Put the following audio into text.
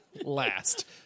Last